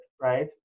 right